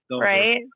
Right